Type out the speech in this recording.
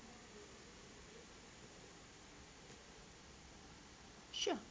sure